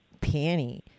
panty